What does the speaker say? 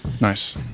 nice